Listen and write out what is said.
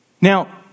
Now